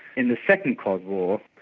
in the second cod war,